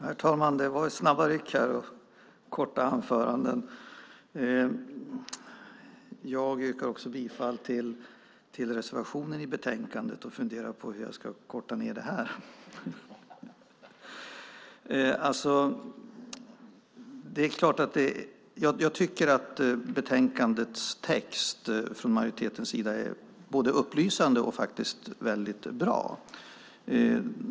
Herr talman! Det var snabba ryck och korta anföranden här. Jag yrkar också bifall till reservationen i betänkandet och funderar på hur jag ska korta ned det här. Jag tycker att betänkandets text från majoritetens sida är både upplysande och faktiskt väldigt bra.